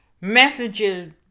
messages